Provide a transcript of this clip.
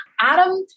Adam